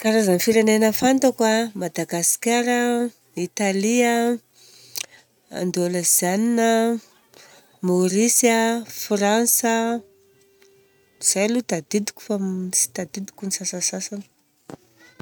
Karazana firenena fantako an, Madagasikara an: Italia an, Indonesianina, Maurice an, France an. Zay aloha ny tadidiko fa ny tsy tadidiko tokony sasasasany.